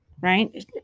right